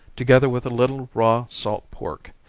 together with a little raw salt pork,